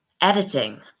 Editing